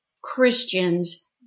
Christians